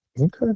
Okay